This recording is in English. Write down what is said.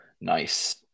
nice